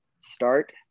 start